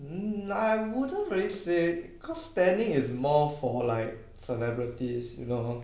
um nah I wouldn't really say cause stanning is more for like celebrities you know